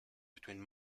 between